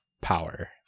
power